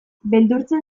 beldurtzen